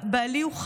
בעלי הוא חי-מת.